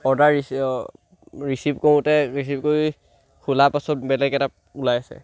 order ৰিচি receive কৰোঁতে receive কৰি খোলা পাছত বেলেগ এটা ওলাইছে